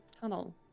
tunnel